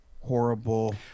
horrible